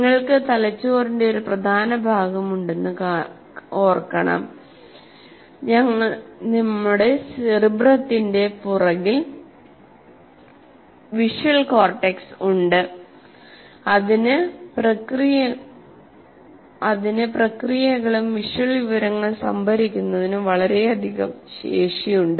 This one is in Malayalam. നിങ്ങൾക്ക് തലച്ചോറിന്റെ ഒരു പ്രധാന ഭാഗം ഉണ്ടെന്ന കാര്യം ഓർക്കണം നമ്മുടെ സെറിബ്രത്തിന്റെ പുറകിൽ വിഷ്വൽ കോർട്ടെക്സ് ഉണ്ട് അതിന് പ്രക്രിയകളും വിഷ്വൽ വിവരങ്ങൾ സംഭരിക്കുന്നതിന് വളരെയധികം ശേഷിയുണ്ട്